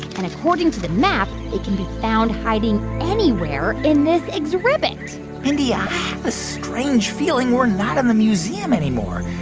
and according to the map, it can be found hiding anywhere in this ex-ribbit mindy, i have a strange feeling we're not in the museum anymore.